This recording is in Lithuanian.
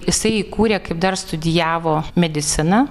jisai įkūrė kaip dar studijavo mediciną